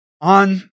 on